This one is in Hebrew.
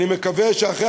אני מקווה שאחרי